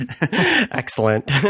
Excellent